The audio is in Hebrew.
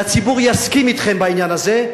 והציבור יסכים אתכם בעניין הזה.